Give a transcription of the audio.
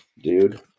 Dude